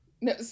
no